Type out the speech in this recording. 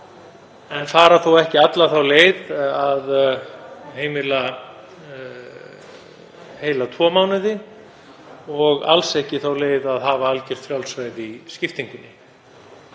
en fara þó ekki alla þá leið að heimila heila tvo mánuði og alls ekki þá leið að hafa algjört frjálsræði í skiptingunni.